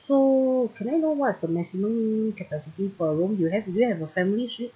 so can I know what's the maximum capacity per room you have do you have a family suite